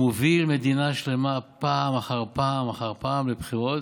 הוא מוביל מדינה שלמה פעם אחר פעם אחר פעם לבחירות,